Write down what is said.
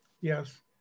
Yes